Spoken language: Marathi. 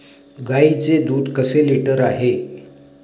गाईचे दूध कसे लिटर आहे?